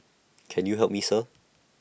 can you help me sir